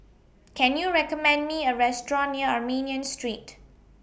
Can YOU recommend Me A Restaurant near Armenian Street